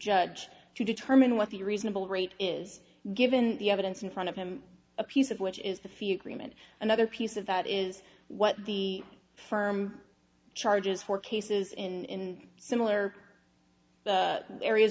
judge to determine what the reasonable rate is given the evidence in front of him a piece of which is the few cream and another piece of that is what the firm charges for cases in similar areas